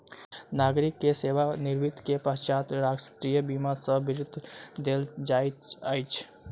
नागरिक के सेवा निवृत्ति के पश्चात राष्ट्रीय बीमा सॅ वृत्ति देल जाइत अछि